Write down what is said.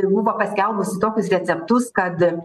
ir buvo paskelbusi tokius receptus kad